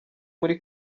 muri